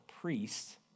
priests